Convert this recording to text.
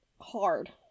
hard